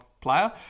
player